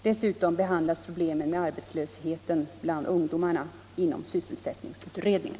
Dessutom behandlas problemen med arbetslösheten bland ungdomarna inom sysselsättningsutredningen.